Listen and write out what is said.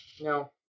no